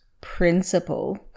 principle